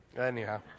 Anyhow